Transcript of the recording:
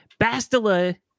Bastila